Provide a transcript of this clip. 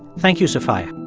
thank you, sophia